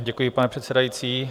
Děkuji, pane předsedající.